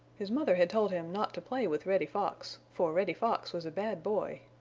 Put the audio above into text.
his mother had told him not to play with reddy fox, for reddy fox was a bad boy.